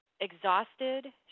exhausted